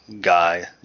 guy